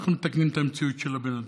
אנחנו מתקנים את המציאות של הבן אדם.